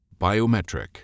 Biometric